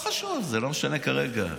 לא חשוב, זה לא משנה כרגע.